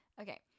okay